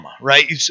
right